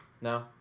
No